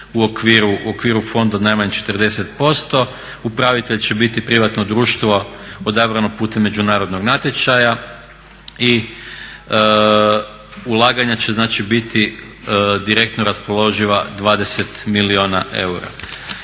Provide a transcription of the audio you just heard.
u okviru fonda najmanje 40%. Upravitelj će biti privatno društvo odabrano putem međunarodnog natječaja. I ulaganja će znači biti direktno raspoloživa 20 milijuna eura.